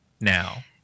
now